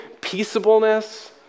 peaceableness